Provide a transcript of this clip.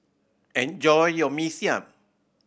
enjoy your Mee Siam